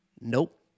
Nope